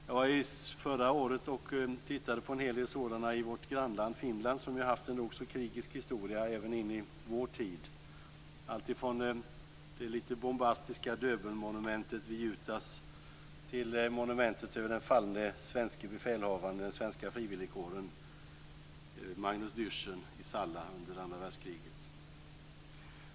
Jag tittade förra året på en hel del sådana i vårt grannland Finland, som ju har haft en nog så krigisk historia även in i vår tid. Det är alltifrån det lite bombastiska Döbelnmonumentet vid Jutas till monumentet över den fallne svenske befälhavaren i den svenska frivilligkåren, Magnus Dyrssen i Salla under andra världskriget.